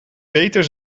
beter